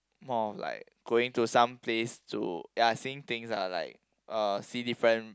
more of like going to some place to ya seeing things lah like uh see different